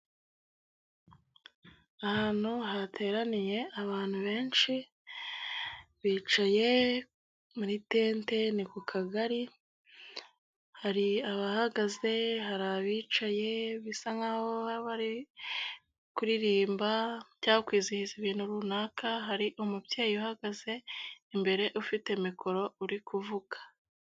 Ahantu hateraniye abantu benshi, bicaye muri tente, ni ku kagari, hari abahagaze, hari abicaye, bisa nk'aho bari kuririmba cyangwa kwizihiza ibintu runaka, hari umubyeyi uhagaze, imbere ufite mikoro, uri kuvuga.